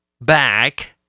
Back